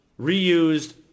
reused